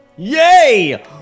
Yay